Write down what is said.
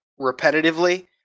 repetitively